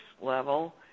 level